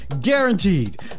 guaranteed